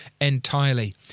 entirely